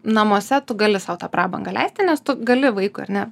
namuose tu gali sau tą prabangą leisti nes tu gali vaikui ar ne